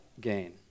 gain